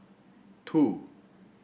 two